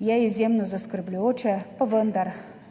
je izjemno zaskrbljujoče, pa vendar,